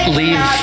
leave